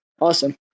awesome